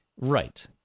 Right